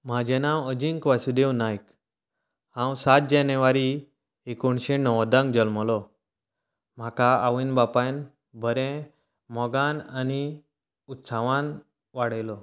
म्हाजे नांव अजिंक्य वासुदेव नायक हांव सात जानेवारी एकोणशें णव्वदान जल्मलो म्हाका आवयन बापायन बरें मोगान आनी उत्साहान वाडयलो